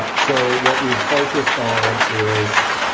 ah so what we've focused on is